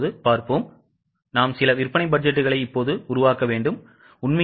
இப்போது நாம் சில விற்பனை பட்ஜெட்டுகளை உருவாக்குகிறோம்